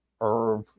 Irv